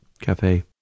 Cafe